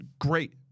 great